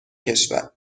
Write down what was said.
کشور